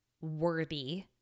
worthy